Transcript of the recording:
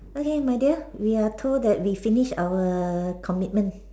okay my dear we are told that we finish our commitment